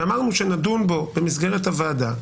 ואמרנו שנדון בו במסגרת הוועדה.